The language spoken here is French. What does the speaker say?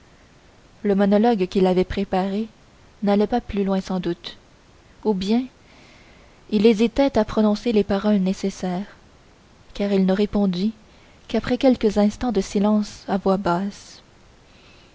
le monologue qu'il avait préparé n'allait pas plus loin sans doute ou bien il hésitait à prononcer les paroles nécessaires car il ne répondit qu'après quelques instants de silence à voix basse